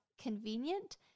convenient